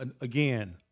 again